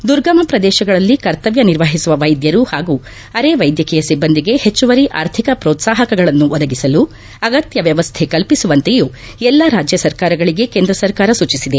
ದುರ್ಗಮ ಶ್ರದೇಶಗಳಲ್ಲಿ ಕರ್ತವ್ಯ ನಿರ್ವಹಿಸುವ ವೈದ್ಯರು ಹಾಗೂ ಅರೆ ವೈದ್ಯಕೀಯ ಸಿಬ್ಬಂದಿಗೆ ಹೆಚ್ಚುವರಿ ಆರ್ಥಿಕ ಪೋತ್ಸಾಹಕಗಳನ್ನು ಒದಗಿಸಲು ಅಗತ್ಯ ವ್ಯವಸ್ಥೆ ಕಲ್ಪಿಸುವಂತೆಯೂ ಎಲ್ಲಾ ರಾಜ್ಯ ಸರ್ಕಾರಗಳಿಗೆ ಕೇಂದ್ರ ಸರ್ಕಾರ ಸೂಚಿಸಿದೆ